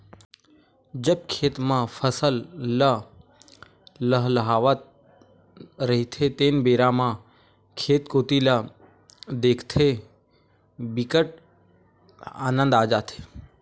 जब खेत म फसल ल लहलहावत रहिथे तेन बेरा म खेत कोती ल देखथे बिकट आनंद आ जाथे